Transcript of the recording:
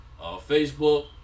Facebook